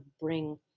bring